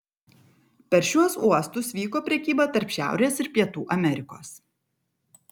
per šiuos uostus vyko prekyba tarp šiaurės ir pietų amerikos